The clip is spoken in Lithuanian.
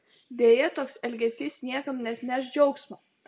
deja toks elgesys niekam neatneš džiaugsmo